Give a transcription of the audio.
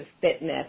fitness